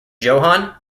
johann